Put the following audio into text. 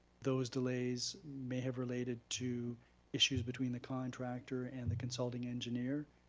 those delays may have related to issues between the contractor and the consulting engineer,